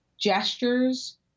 gestures